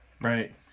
Right